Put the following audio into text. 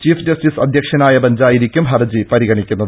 chief justice അധ്യക്ഷനായ ബെഞ്ചായിരിക്കും ഹർജി പരിഗണിക്കുന്നത്